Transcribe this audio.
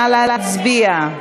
נא להצביע.